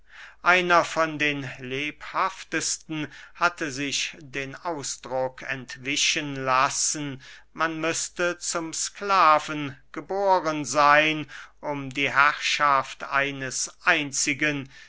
einer von den lebhaftesten hatte sich den ausdruck entwischen lassen man müßte zum sklaven geboren seyn um die herrschaft eines einzigen